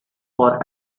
for